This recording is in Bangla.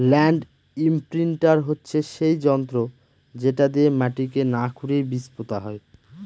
ল্যান্ড ইমপ্রিন্টার হচ্ছে সেই যন্ত্র যেটা দিয়ে মাটিকে না খুরেই বীজ পোতা হয়